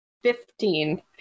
Fifteen